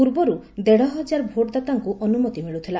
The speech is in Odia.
ପୂର୍ବରୁ ଦେଢ଼ ହଜାର ଭୋଟଦାତାଙ୍କୁ ଅନୁମତି ମିଳୁଥିଲା